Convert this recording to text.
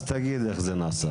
אז תגיד איך זה נעשה.